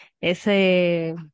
ese